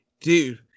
Dude